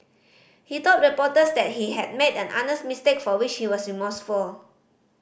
he told reporters that he had made an honest mistake for which he was remorseful